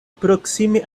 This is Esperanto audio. proksime